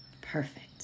Perfect